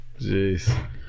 jeez